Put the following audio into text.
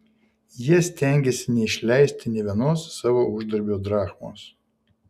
jie stengėsi neišleisti nė vienos savo uždarbio drachmos